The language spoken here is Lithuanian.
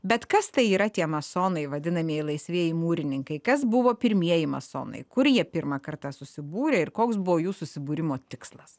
bet kas tai yra tie masonai vadinamieji laisvieji mūrininkai kas buvo pirmieji masonai kur jie pirmą kartą susibūrė ir koks buvo jų susibūrimo tikslas